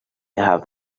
have